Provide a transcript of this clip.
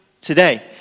today